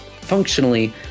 functionally